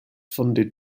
funded